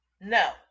no